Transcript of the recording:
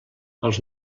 els